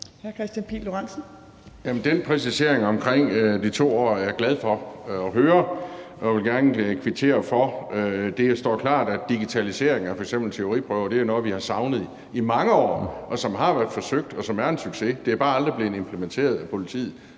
den præcisering omkring de 2 år er jeg glad for at høre. Det vil jeg gerne kvittere for. Det står klart, at digitaliseringen af f.eks. teoriprøver er noget, vi har savnet i mange år, og som har været forsøgt, og som er en succes. Det er bare aldrig blevet implementeret i politiet,